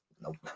nope